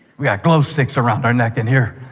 we have glow sticks around our necks in here.